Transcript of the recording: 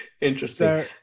Interesting